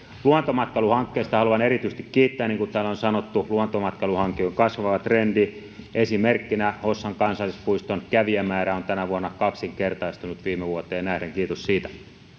luontomatkailuhankkeesta haluan erityisesti kiittää niin kuin täällä on sanottu luontomatkailu on kasvava trendi esimerkkinä hossan kansallispuiston kävijämäärä on tänä vuonna kaksinkertaistunut viime vuoteen nähden kiitos siitä